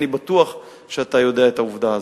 אני בטוח שאתה יודע את העובדה הזאת.